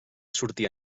sortir